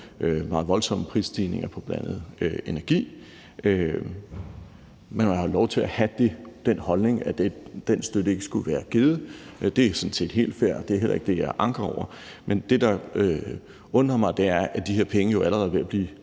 meget voldsomme prisstigninger på bl.a. energi. Man har lov til at have den holdning, at den støtte ikke skulle være givet, det er sådan set helt fair, og det er heller ikke det, jeg anker over, men det, der undrer mig, er, at de her penge jo allerede er ved at blive